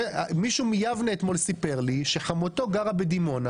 מישהו מיבנה אתמול סיפר לי שחמותו גרה בדימונה